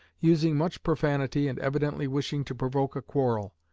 using much profanity and evidently wishing to provoke a quarrel.